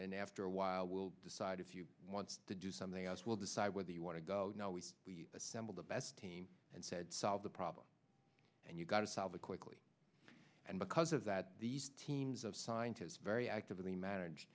then after a while we'll decide if you want to do something else we'll decide whether you want to go now we assemble the best team and said solve the problem and you got to solve it quickly and because of that these teams of scientists very actively managed